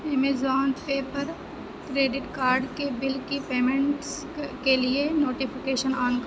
Amazon Pay پر credit card کے bill کی پیمنٹس کے لیے نوٹیفیکیشن آن کرو